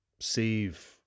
save